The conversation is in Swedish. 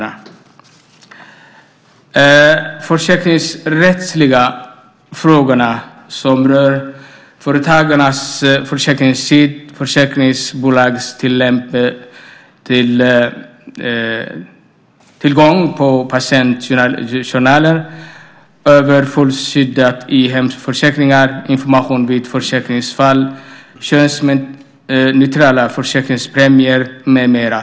De försäkringsrättsliga frågorna rör företagares försäkringsskydd, försäkringsbolags tillgång till patientjournaler, överfallsskyddet i hemförsäkringar, information vid försäkringsfall, könsneutrala försäkringspremier med mera.